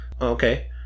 Okay